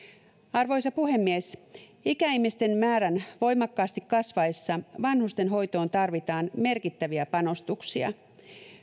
arvoisa puhemies ikäihmisten määrän voimakkaasti kasvaessa vanhustenhoitoon tarvitaan merkittäviä panostuksia